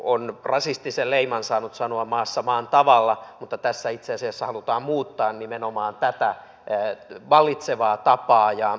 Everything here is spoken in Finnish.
on rasistisen leiman saanut sanoa maassa maan tavalla mutta tässä itse asiassa halutaan muuttaa nimenomaan tätä vallitsevaa tapaa